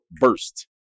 burst